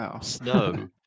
snow